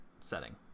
setting